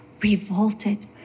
revolted